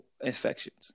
infections